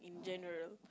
in general